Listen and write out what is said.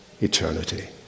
eternity